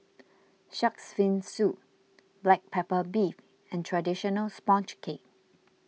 Shark's Fin Soup Black Pepper Beef and Traditional Sponge Cake